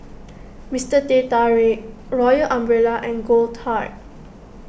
Mister Teh Tarik Royal Umbrella and Goldheart